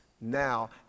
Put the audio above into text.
now